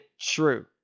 true